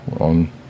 on